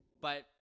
but-